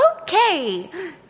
Okay